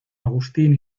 agustín